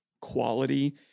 quality